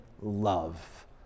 love